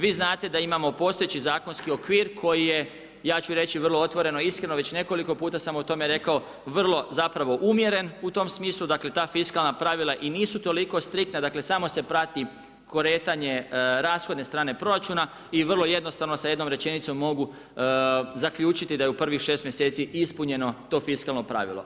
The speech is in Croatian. Vi znate da imamo postojeći zakonski okvir, koji je, ja ću reći, vrlo otvoreno i iskreno, već nekoliko puta sam o tome rekao, vrlo zapravo umjeren u tom smislu, dakle, ta fiskalna pravila i nisu toliko striktna, dakle, samo se prati kretanje rashodne strane proračuna i vrlo jednostavno sa jednom rečenom mogu zaključiti da je u prvih 6 mjeseci ispunjeno to fiskalno pravilo.